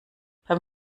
beim